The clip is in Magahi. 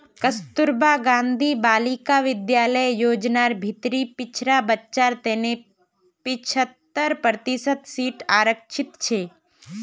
कस्तूरबा गांधी बालिका विद्यालय योजनार भीतरी पिछड़ा बच्चार तने पिछत्तर प्रतिशत सीट आरक्षित छे